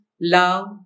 love